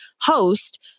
host